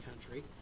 country